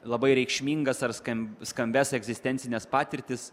labai reikšmingas ar skam skambias egzistencines patirtis